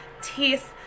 taste